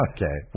Okay